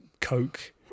coke